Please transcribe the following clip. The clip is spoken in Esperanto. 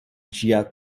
ĝia